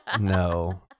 No